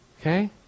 Okay